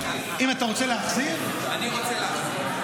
אם אתה רוצה להחזיר --- אני רוצה להחזיר.